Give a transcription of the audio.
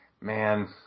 Man